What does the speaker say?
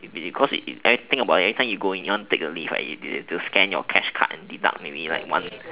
is it cause it everything about it you go in you want to take the lift right you have to scan your cash card and maybe deduct like one